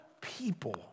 people